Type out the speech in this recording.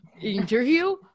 interview